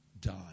died